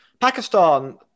Pakistan